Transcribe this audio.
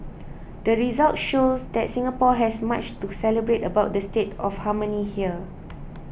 the results show that Singapore has much to celebrate about the state of harmony here